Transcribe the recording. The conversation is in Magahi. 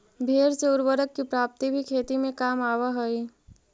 भेंड़ से उर्वरक की प्राप्ति भी खेती में काम आवअ हई